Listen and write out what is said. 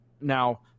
Now